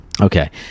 Okay